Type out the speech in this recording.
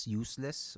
useless